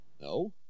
No